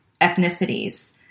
ethnicities